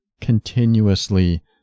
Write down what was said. continuously